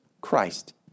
Christ